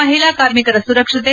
ಮಹಿಳಾ ಕಾರ್ಮಿಕರ ಸುರಕ್ಷತೆ